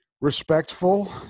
respectful